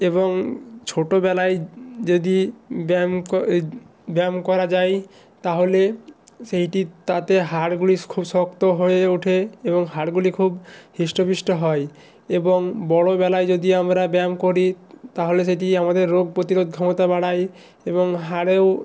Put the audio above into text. এবং ছোটোবেলায় যদি ব্যায়াম এ ব্যায়াম করা যায় তাহলে সেইটি তাতে হাড়গুলি খুব শক্ত হয়ে ওঠে এবং হাড়গুলি খুব হৃষ্টপুষ্ট হয় এবং বড় বেলায় যদি আমরা ব্যায়াম করি তাহলে সেটি আমাদের রোগ প্রতিরোধ ক্ষমতা বাড়ায় এবং হাড়েও